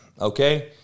okay